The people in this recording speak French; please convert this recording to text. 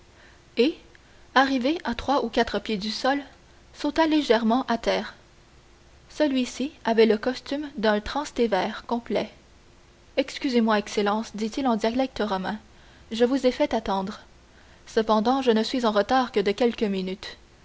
et arrivé à trois ou quatre pieds du sol sauta légèrement à terre celui-ci avait le costume d'un transtévère complet excusez-moi excellence dit-il en dialecte romain je vous ai fait attendre cependant je ne suis en retard que de quelques minutes